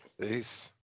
Peace